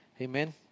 Amen